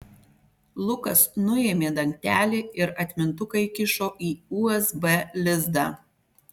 lukas nuėmė dangtelį ir atmintuką įkišo į usb lizdą